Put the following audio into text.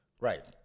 Right